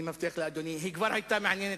היא כבר היתה מעניינת.